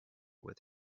with